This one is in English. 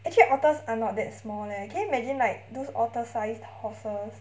actually otters are not that small leh can you imagine like those otter sized horses